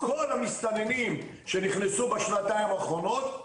כל המסתננים שנכנסו בשנתיים האחרונות,